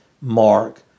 mark